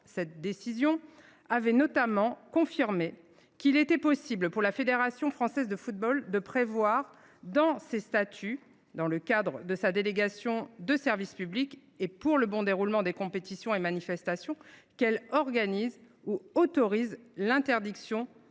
sa décision du 29 juin 2023, confirmant la possibilité, pour la Fédération française de football, de prévoir dans ses statuts, dans le cadre de sa délégation de service public et pour le bon déroulement des compétitions et manifestations qu’elle organise ou autorise, l’interdiction du port